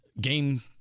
game –